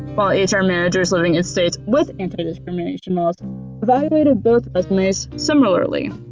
while and hr managers living in states with anti-discrimination laws evaluated both resumes similarly.